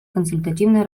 консультативной